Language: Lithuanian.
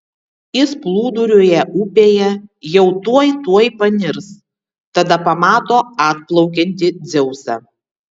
jis plūduriuoja upėje jau tuoj tuoj panirs tada pamato atplaukiantį dzeusą